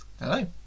Hello